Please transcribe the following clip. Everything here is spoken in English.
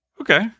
okay